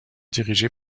dirigé